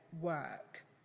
work